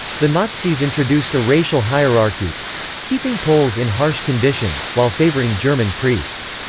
the nazis introduced a racial hierarchy keeping poles in harsh conditions, while favouring german priests.